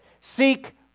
Seek